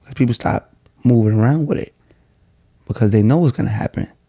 people stopped movin' around with it because they know it's gonna happen.